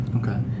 Okay